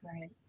Right